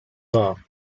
wahr